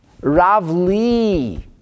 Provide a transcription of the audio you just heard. Ravli